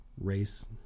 race